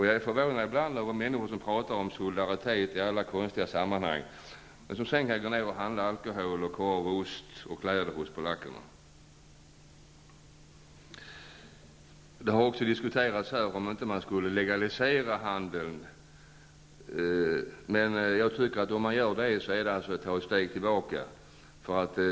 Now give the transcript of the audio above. Jag är förvånad ibland över människor som pratar om solidaritet i alla konstiga sammanhang men som sedan kan gå och handla alkohol, ost och kläder hos polackerna. Det har också diskuterats om man inte borde legalisera den här handeln. Jag tycker att om man gör det, så är det att ta ett steg tillbaka.